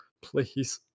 Please